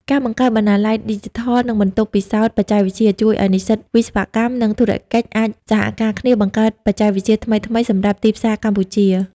ការបង្កើតបណ្ណាល័យឌីជីថល និងបន្ទប់ពិសោធន៍បច្ចេកវិទ្យា ជួយឱ្យនិស្សិតវិស្វកម្ម និងធុរកិច្ចអាចសហការគ្នាបង្កើតបច្ចេកវិទ្យាថ្មីៗសម្រាប់ទីផ្សារកម្ពុជា។